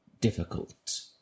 difficult